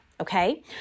Okay